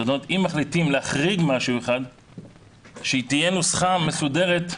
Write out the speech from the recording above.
זאת אומרת שאם מחליטים להחריג משהו אחד שתהיה נוסחה מסודרת.